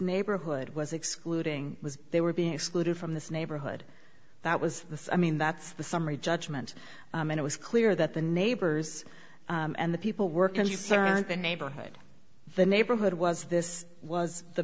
neighborhood was excluding was they were being excluded from this neighborhood that was the i mean that's the summary judgment and it was clear that the neighbors and the people working in neighborhood the neighborhood was this was the